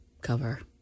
cover